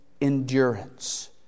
endurance